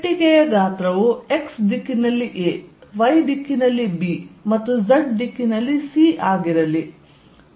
ಪೆಟ್ಟಿಗೆಯ ಗಾತ್ರವು x ದಿಕ್ಕಿನಲ್ಲಿ 'a' y ದಿಕ್ಕಿನಲ್ಲಿ 'b' ಮತ್ತು z ದಿಕ್ಕಿನಲ್ಲಿ 'c' ಆಗಿರಲಿ